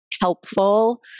helpful